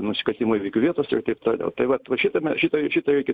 nusikaltimo įvykių vietos ir taip toliau tai vat va šitame šitoj šitoj šitą reikia